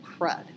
crud